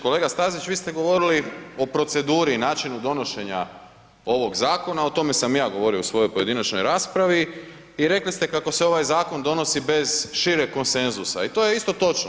Kolega Stazić vi ste govorili o proceduri i načinu donošenja ovoga zakona, o tome sam i ja govorio u svojoj pojedinačnoj raspravi i rekli ste kako se ovaj zakon donosi bez šireg konsenzusa i to je isto točno.